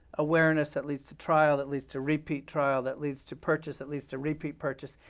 awareness that leads to trial, that leads to repeat trial, that leads to purchase, that leads to repeat purchase.